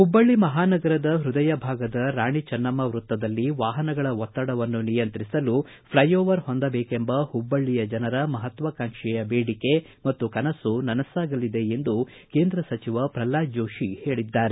ಹುಬ್ಬಳ್ಳಿ ಮಹಾನಗರದ ಹೃದಯ ಭಾಗದ ರಾಣಿ ಚನ್ನಮ್ನ ವೃತ್ತದಲ್ಲಿ ವಾಹನಗಳ ಒತ್ತಡವನ್ನು ನಿಯಂತ್ರಿಸಲು ಫ್ಲೈಓವರ್ ಹೊಂದಬೇಕೆಂಬ ಹುಬ್ಬಳ್ಳ ಮಂದಿಯ ಮಹತ್ವಾಕಾಂಕ್ಷೆಯ ಬೇಡಿಕೆ ಮತ್ತು ಕನಸು ಇಂದು ನನಸಾಗಲಿದೆ ಎಂದು ಕೇಂದ್ರ ಸಚಿವ ಪ್ರಲ್ವಾದ್ ಜೋತಿ ಹೇಳಿದ್ದಾರೆ